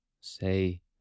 say